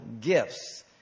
gifts